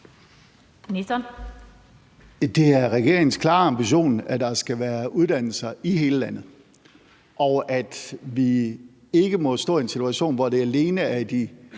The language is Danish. Det er regeringens klare ambition, at der skal være uddannelser i hele landet, og at vi ikke må stå i en situation, hvor det alene er i